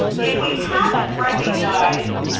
if we haven't recognized,